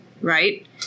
right